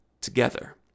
together